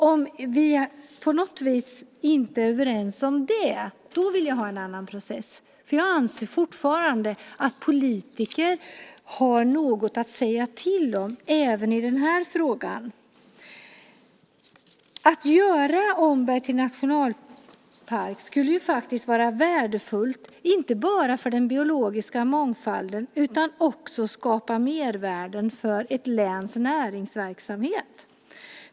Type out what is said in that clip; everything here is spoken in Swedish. Om vi inte är överens om det så vill jag ha en annan process. Jag anser fortfarande att politiker ska ha något att säga till om även i den här frågan. Att göra Omberg till nationalpark skulle vara värdefullt inte bara för den biologiska mångfalden utan också genom att det skapar mervärde för länets näringsverksamhet.